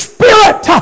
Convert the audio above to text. spirit